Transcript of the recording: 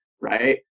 right